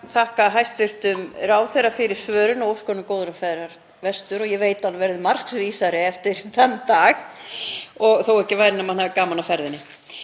þakka hæstv. ráðherra fyrir svörin og óska honum góðrar ferðar vestur. Ég veit að hann verður margs vísari eftir þann dag, þó ekki væri nema hann hafi gaman af ferðinni.